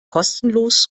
kostenlos